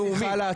הלאומי,